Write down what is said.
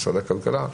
משרד הכלכלה,